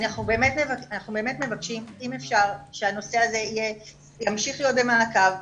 אנחנו באמת מבקשים אם אפשר שהנושא הזה ימשיך להיות במעקב,